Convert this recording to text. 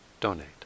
donate